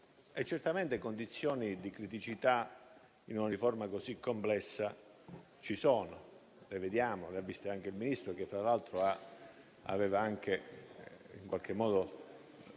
Certamente condizioni di criticità in una riforma così complessa ci sono, le vediamo e le ha viste anche il Ministro che tra l'altro aveva anche approvato